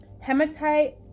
hematite